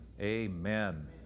amen